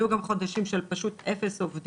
היו גם חודשים של פשוט 0 עובדים.